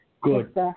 Good